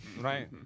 Right